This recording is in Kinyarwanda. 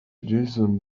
jason